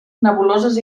nebuloses